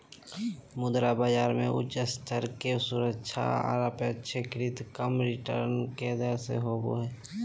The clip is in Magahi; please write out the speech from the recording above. मुद्रा बाजार मे उच्च स्तर के सुरक्षा आर अपेक्षाकृत कम रिटर्न के दर होवो हय